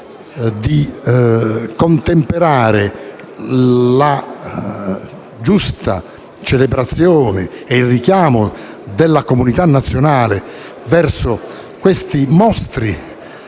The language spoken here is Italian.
di contemperare la giusta celebrazione e il richiamo della comunità nazionale verso questi "mostri"